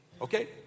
okay